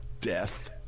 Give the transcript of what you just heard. death